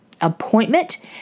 appointment